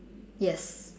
yes